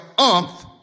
oomph